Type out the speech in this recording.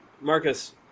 Marcus